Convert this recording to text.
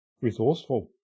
resourceful